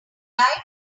arrived